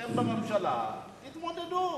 אתם בממשלה, תתמודדו.